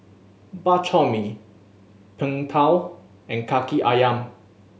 Bak Chor Mee Png Tao and Kaki Ayam